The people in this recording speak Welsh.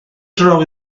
draw